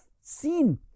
seen